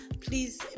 please